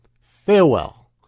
Farewell